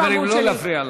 חברים, לא להפריע לה.